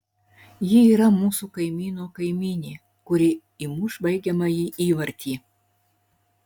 ji yra mūsų kaimyno kaimynė kuri įmuš baigiamąjį įvartį